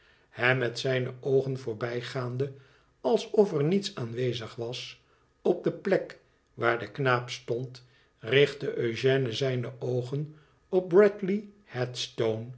hem met zijne oogen voorbijgaande alsof er niets aanwezig was op de plek waar de knaap stond richtte eugène zijne oogen op bradley headstone